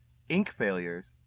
ink failures,